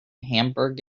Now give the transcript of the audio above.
hamburg